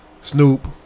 Snoop